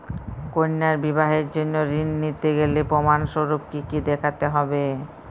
কন্যার বিবাহের জন্য ঋণ নিতে গেলে প্রমাণ স্বরূপ কী কী দেখাতে হবে?